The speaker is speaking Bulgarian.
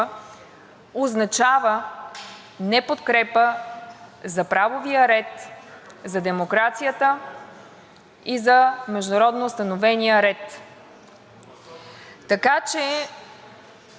и за международно установения ред. Така че, уважаеми колеги, моля Ви, нека да спрем с тази спекулация.